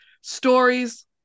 stories